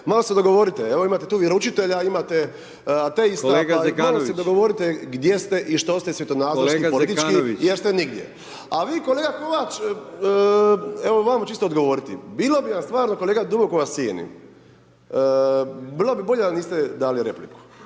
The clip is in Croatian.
Malo se dogovorite. Evo imate tu vjeroučitelja, imate ateista, pa malo se dogovorite gdje ste i što ste svjetonazorski, politički jer ste nigdje. …/Upadica Brkić: Kolega Zekanović./… A vi kolega Kovač, evo vama ću isto odgovoriti, bilo vam stvarno kolega, duboko vas cijenim, bilo bi bolje da niste dali repliku.